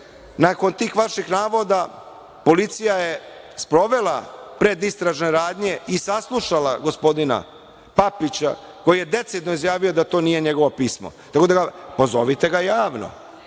nakon tih vaših navoda policija je sprovela predistražne radnje i saslušala gospodina Papića, koji je decidno izjavio da to nije njegovo pismo. Pozovite ga javno